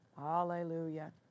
Hallelujah